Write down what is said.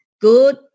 good